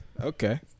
okay